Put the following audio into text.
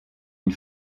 une